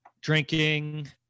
drinking